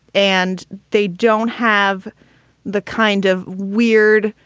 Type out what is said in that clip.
and they don't have the kind of weird,